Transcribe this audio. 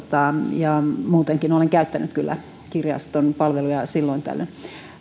ja muutenkin olen käyttänyt kyllä kirjaston palveluja silloin tällöin